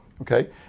okay